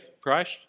Christ